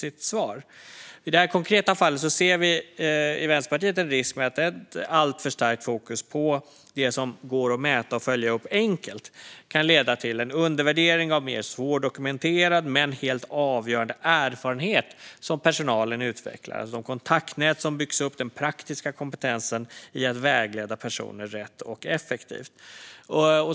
I det konkreta fallet ser vi i Vänsterpartiet en risk med ett alltför starkt fokus på det som går att mäta och följa upp enkelt. Det kan leda till en undervärdering av mer svårdokumenterad men helt avgörande erfarenhet som personalen utvecklar. Det gäller de kontaktnät som byggs upp och den praktiska kompetensen i att vägleda personer rätt och effektivt.